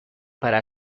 para